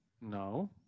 No